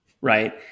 right